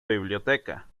biblioteca